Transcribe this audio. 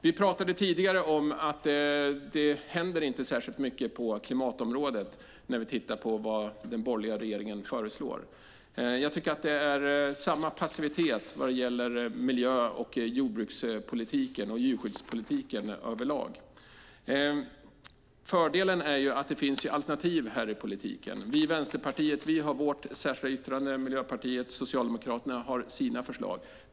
Vi pratade tidigare om att det inte händer särskilt mycket på klimatområdet när vi tittar på vad den borgerliga regeringen föreslår. Jag tycker att det är samma passivitet vad gäller miljö och jordbrukspolitiken och djurskyddspolitiken över lag. Fördelen är att det finns alternativ här i politiken. Vi i Vänsterpartiet har vårt särskilda yttrande. Miljöpartiet och Socialdemokraterna har sina förslag.